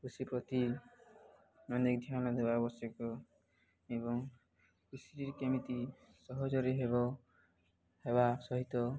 କୃଷି ପ୍ରତି ଅନେକ ଧ୍ୟାନ ଦେବା ଆବଶ୍ୟକ ଏବଂ କୃଷି କେମିତି ସହଜରେ ହେବ ହେବା ସହିତ